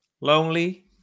lonely